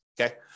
okay